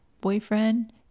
boyfriend